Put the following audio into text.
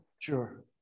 sure